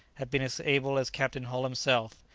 have been as able as captain hull himself,